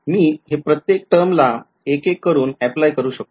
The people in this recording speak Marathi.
मी हे प्रत्येक टर्मला एक एक करून apply करू शकतो